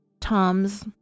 Tom's